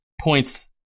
points